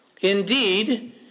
Indeed